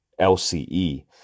LCE